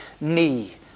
knee